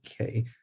Okay